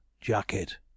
jacket